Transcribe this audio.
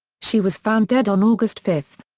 she was found dead on august five.